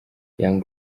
young